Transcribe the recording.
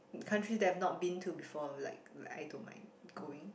country that I've not been to before like like I don't mind going